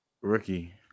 rookie